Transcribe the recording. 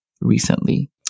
recently